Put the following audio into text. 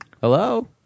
Hello